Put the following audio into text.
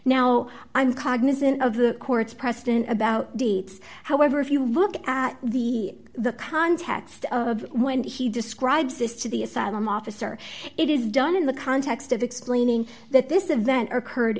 now i'm cognizant of the court's preston about deeds however if you look at the the context of when he describes this to the asylum officer it is done in the context of explaining that this event occurred